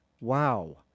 Wow